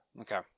Okay